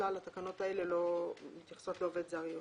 ככלל התקנות האלה לא מתייחסות לעובד זר יומי.